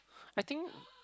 I think